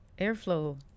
airflow